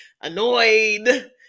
annoyed